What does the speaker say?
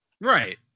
Right